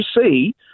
see